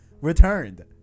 returned